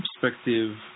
perspective